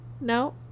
No